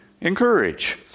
encourage